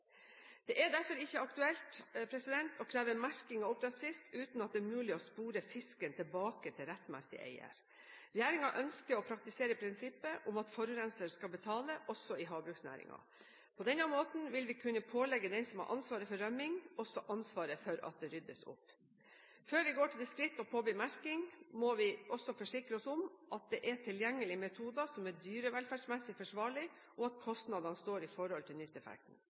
Det er derfor ikke aktuelt å kreve merking av oppdrettsfisk uten at det er mulig å spore fisken tilbake til rettmessig eier. Regjeringen ønsker å praktisere prinsippet om at forurenser skal betale også i havbruksnæringen. På denne måten vil vi kunne pålegge den som har ansvaret for rømmingen, også ansvaret for at det ryddes opp. Før vi går til det skritt å påby merking, må vi også forsikre oss om at det er tilgjengelige metoder som er dyrevelferdsmessig forsvarlige, og at kostnadene står i forhold til